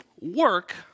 work